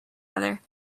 other